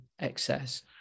excess